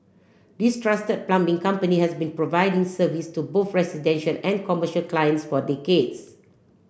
this trusted plumbing company has been providing service to both residential and commercial clients for decades